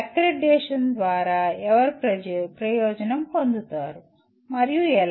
accreditation ద్వారా ఎవరు ప్రయోజనం పొందుతారు మరియు ఎలా